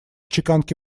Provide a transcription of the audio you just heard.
чеканки